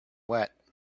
wet